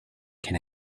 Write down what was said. can